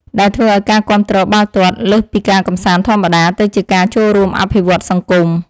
ដែលធ្វើឲ្យការគាំទ្របាល់ទាត់លើសពីការកម្សាន្តធម្មតា ទៅជាការចូលរួមអភិវឌ្ឍសង្គម។